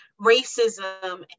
racism